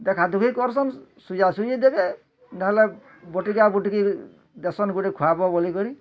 ଦେଖା ଦୁଖି କରୁସନ୍ ସୁଜା ସୁଜି ଦେବେ ନ ହେଲେ ବଟିକା ବୁଟିକି ଦେସନ୍ ଗୁଟେ ଖୁଆବ ବୋଲି କରି